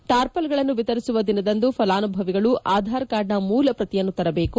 ಟಾರ್ಪಲ್ಗಳನ್ನು ವಿತರಿಸುವ ದಿನದಂದು ಫಲಾನುಭವಿಗಳು ಆಧಾರ್ ಕಾರ್ಡ್ನ ಮೂಲ ಪ್ರತಿಯನ್ನು ತರಬೇಕು